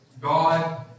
God